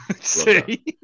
See